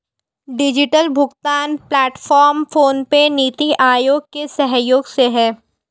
digital भुगतान platform PhonePe, NITI Aayog के सहयोग से है